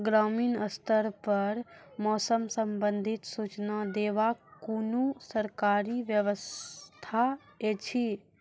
ग्रामीण स्तर पर मौसम संबंधित सूचना देवाक कुनू सरकारी व्यवस्था ऐछि?